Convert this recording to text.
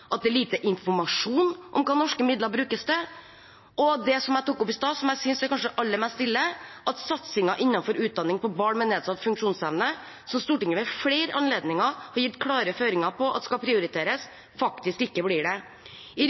at det er lite informasjon om hva norske midler brukes til – og det som jeg tok opp i sted, som jeg synes er aller mest ille, at satsingen innenfor utdanning for barn med nedsatt funksjonsevne, som Stortinget ved flere anledninger har gitt klare føringer for at skal prioriteres, faktisk ikke blir det. I